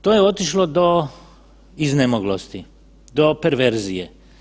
To je otišlo do iznemoglosti, do perverzije.